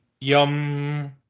Yum